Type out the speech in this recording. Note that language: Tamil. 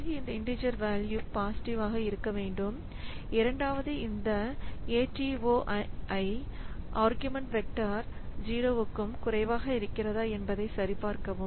பிறகு இந்த இண்டீஜர் வேல்யூ பாசிட்டிவாக இருக்க வேண்டும் இரண்டாவது இந்த atoi argv 0 க்கும் குறைவாக இருக்கிறதா என்பதை சரிபார்க்கவும்